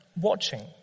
watching